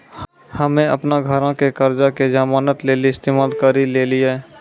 हम्मे अपनो घरो के कर्जा के जमानत लेली इस्तेमाल करि लेलियै